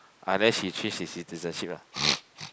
ah then he change his citizenship ah